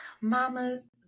mamas